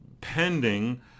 pending